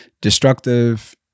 destructive